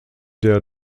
der